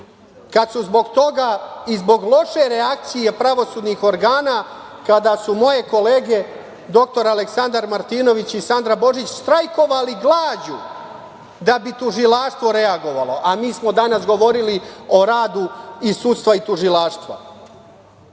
kad su zbog toga i zbog loše reakcije pravosudnih organa moje kolege Dr Aleksandar Martinović i Sandra Božić štrajkovali glađu da bi tužilaštvo reagovali, a mi smo danas govorili o radu i sudstva i tužilaštva. Marijan